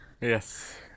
Yes